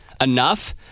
enough